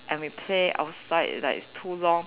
and we play outside like too long